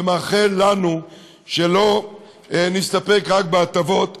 ומאחל לנו שלא נסתפק רק בהטבות,